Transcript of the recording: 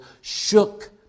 shook